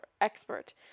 expert